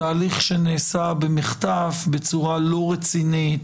תהליך שנעשה במחטף, בצורה לא רצינית,